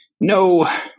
No